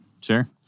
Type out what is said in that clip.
Sure